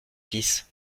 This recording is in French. fils